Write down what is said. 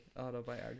Autobiography